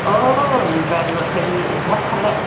অঁ বাইদেউ হেৰি ভাত খালে